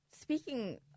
speaking